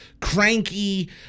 cranky